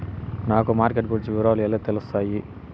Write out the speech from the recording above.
నాకు మార్కెట్ గురించి వివరాలు ఎలా తెలుస్తాయి?